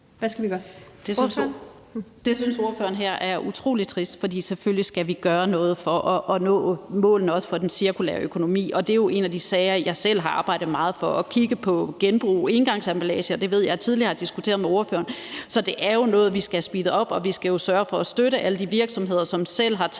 Karin Liltorp (M): Det synes ordføreren her er utrolig trist, for selvfølgelig skal vi gøre noget for at nå målene, også i forhold til den cirkulære økonomi. En af de sager, jeg jo selv har arbejdet meget for, er at kigge på genbrug af engangsemballage, og det ved jeg at jeg tidligere har diskuteret med ordføreren. Så det er jo noget, vi skal have speedet op, og vi skal sørge for at støtte alle de virksomheder, som har taget